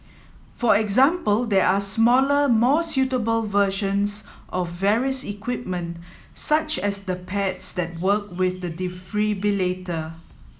for example there are smaller more suitable versions of various equipment such as the pads that work with the defibrillator